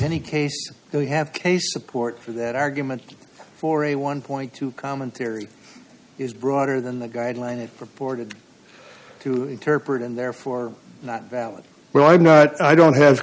any case we have case support for that argument for a one point two commentary is broader than the guideline it purported to interpret and therefore not valid well i'm not i don't have